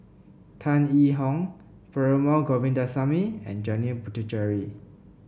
Tan Yee Hong Perumal Govindaswamy and Janil Puthucheary